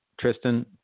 Tristan